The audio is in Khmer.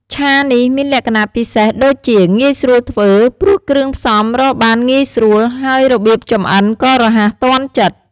ឆានេះមានលក្ខណៈពិសេសដូចជា ងាយស្រួលធ្វើ ព្រោះគ្រឿងផ្សំរកបានងាយស្រួល ហើយរបៀបចម្អិនក៏រហ័សទាន់ចិត្ត។